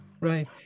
Right